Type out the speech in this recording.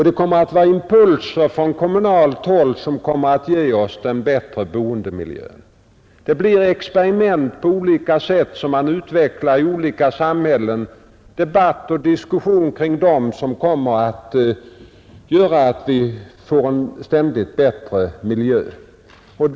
Det kommer att vara impulser från kommunalt håll som ger oss den bättre boendemiljön. Det blir experiment på skilda sätt som man utvecklar i olika samhällen och debatt och diskussion kring dem som kommer att göra att vi får en ständigt bättre miljö.